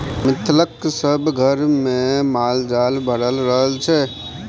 मिथिलाक सभ घरमे माल जाल भरल रहय छै